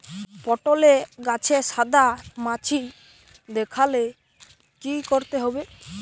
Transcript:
পটলে গাছে সাদা মাছি দেখালে কি করতে হবে?